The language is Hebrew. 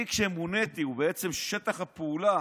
אני, כשמוניתי, ובעצם כששטח הפעולה